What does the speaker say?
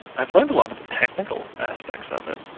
i've learned a lot of the technical aspects of it.